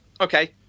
okay